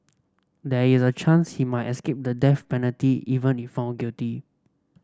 there is a chance he might escape the death penalty even if found guilty